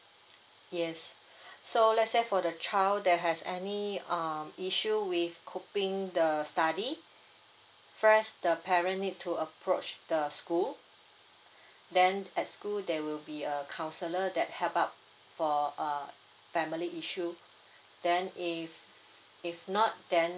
yes so let's say for the child that has any um issue with coping the study first the parent need to approach the school then at school there will be a counsellor that help out for uh family issue then if if not then